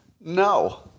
no